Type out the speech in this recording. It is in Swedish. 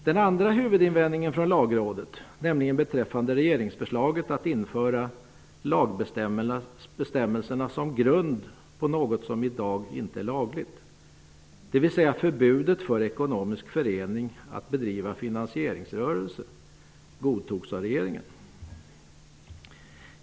Den andra huvudinvändningen från Lagrådet -- beträffande regeringsförslaget att införa lagbestämmelserna som grund för något som i dag inte är lagligt, dvs. förbudet för ekonomisk förening att bedriva finansieringsrörelse -- godtogs av regeringen.